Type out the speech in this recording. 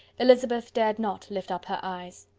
elizabeth dared not lift up her eyes.